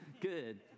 good